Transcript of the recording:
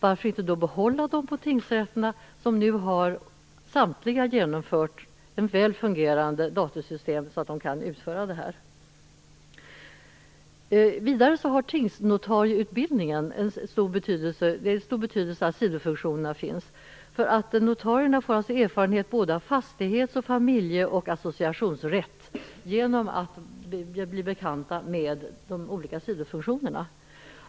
Varför då inte behålla dem på tingsrätterna som nu har så väl fungerande datorsystem att de kan utföra detta? Vidare har det för tingsnotarieutbildningen haft en stor betydelse att sidofunktionerna finns. Notarierna får erfarenhet av såväl fastighets och familjerätt som av associationsrätt genom att bli bekanta med de olika sidofunktionerna.